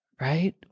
Right